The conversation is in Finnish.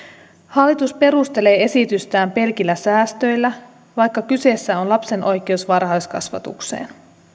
hallitus perustelee esitystään pelkillä säästöillä vaikka kyseessä on lapsen oikeus varhaiskasvatukseen